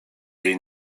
jej